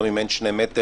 גם אם אין שני מטר,